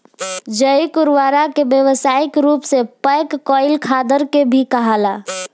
जैविक उर्वरक के व्यावसायिक रूप से पैक कईल खादर के भी कहाला